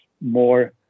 more